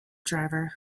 driver